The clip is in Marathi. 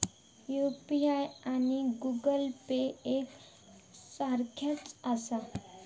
यू.पी.आय आणि गूगल पे एक सारख्याच आसा?